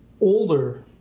older